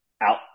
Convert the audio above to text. out